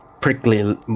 prickly